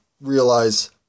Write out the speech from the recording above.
realize